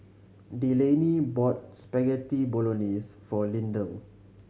Delaney bought Spaghetti Bolognese for Lindell